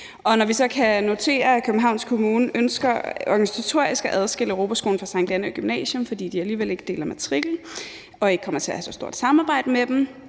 når vi så kan notere os, at Københavns Kommune ønsker organisatorisk at adskille Europaskolen fra Sankt Annæ Gymnasium, fordi de alligevel ikke deler matrikel og ikke kommer til at have så stort samarbejde imellem